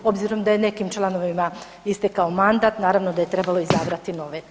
Obzirom da je nekim članovima istekao mandat naravno da je trebalo izabrati nove.